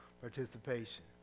participation